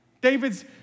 David's